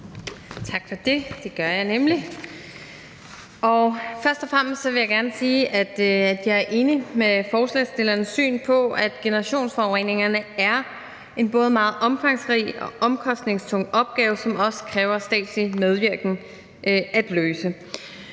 tak for det. Først og fremmest vil jeg gerne sige, at jeg er enig med forslagsstillerens syn på, at generationsforureningerne er en både meget omfangsrig og omkostningstung opgave, som det også kræver statslig medvirken at løse.